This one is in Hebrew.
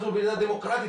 אנחנו מדינה דמוקרטית.